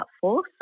force